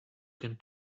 can